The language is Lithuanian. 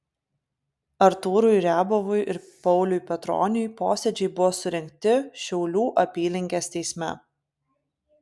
artūrui riabovui ir pauliui petroniui posėdžiai buvo surengti šiaulių apylinkės teisme